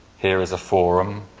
here is a forum.